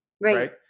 right